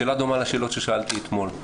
שאלה דומה לשאלות ששאלתי אתמול.